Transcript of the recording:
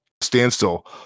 standstill